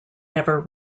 never